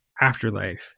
Afterlife